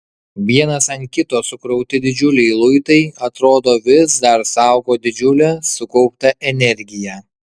vienas ant kito sukrauti didžiuliai luitai atrodo vis dar saugo didžiulę sukauptą energiją